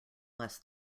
less